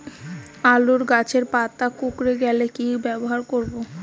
আলুর গাছের পাতা কুকরে গেলে কি ব্যবহার করব?